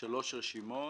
שלוש רשימות: